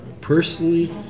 Personally